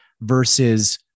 versus